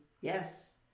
Yes